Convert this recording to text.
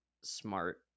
smart